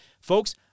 Folks